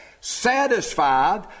Satisfied